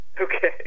Okay